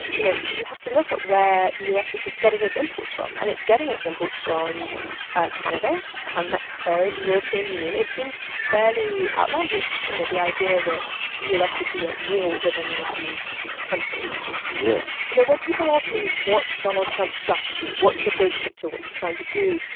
you know, you have to look at where the u s. is getting its imports from. and it's getting its imports from canada, um mexico, the european union. it seems fairly outlandish, you know, the idea that the u s. would be at war with any of these countries yeah you know, when people ask me what's donald trump's strategy? what's the big picture? what's he trying to do?